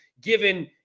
given